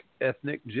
ethnic